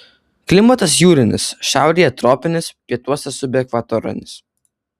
klimatas jūrinis šiaurėje tropinis pietuose subekvatorinis